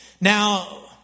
Now